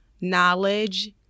knowledge